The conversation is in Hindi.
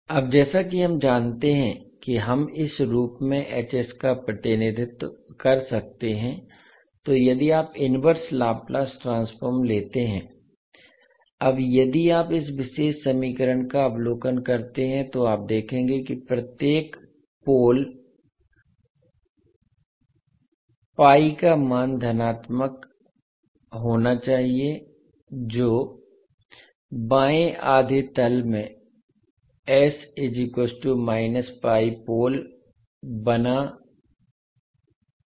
अब जैसा कि हम जानते हैं कि हम इस रूप में का प्रतिनिधित्व कर सकते हैं तो यदि आप इनवर्स लाप्लास ट्रांसफॉर्म लेते हैं अब यदि आप इस विशेष समीकरण का अवलोकन करते हैं तो आप देखेंगे कि प्रत्येक पोल pi का मान धनात्मक होना चाहिए जो बाएँ आधे तल में पोल बना देगा